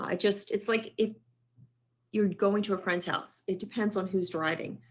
ah just it's like if you're going to a friend's house. it depends on who's driving